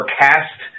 cast